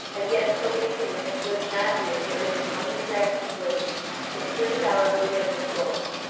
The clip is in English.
and yet so many things that could not be observed in one distracting glimpse it flitted onward, and was gone.